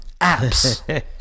Apps